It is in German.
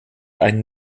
ein